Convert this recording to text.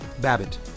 Babbitt